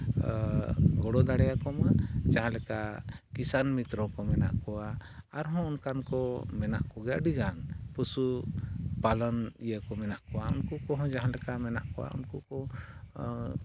ᱜᱚᱲᱚ ᱫᱟᱲᱮᱭᱟᱠᱚᱢᱟ ᱡᱟᱦᱟᱸᱞᱮᱠᱟ ᱠᱤᱥᱟᱱ ᱢᱤᱛᱨᱚ ᱠᱚ ᱢᱮᱱᱟᱜ ᱠᱚᱣᱟ ᱟᱨᱦᱚᱸ ᱚᱱᱠᱟᱱ ᱠᱚ ᱢᱮᱱᱟᱜ ᱠᱚᱜᱮᱭᱟ ᱟᱹᱰᱤᱜᱟᱱ ᱯᱚᱥᱩ ᱯᱟᱞᱚᱱ ᱤᱭᱟᱹ ᱠᱚ ᱢᱮᱱᱟᱜ ᱠᱚᱣᱟ ᱩᱱᱠᱩ ᱠᱚᱦᱚᱸ ᱡᱟᱦᱟᱸᱞᱮᱠᱟ ᱢᱮᱱᱟᱜ ᱠᱚᱣᱟ ᱩᱱᱠᱩ ᱠᱚ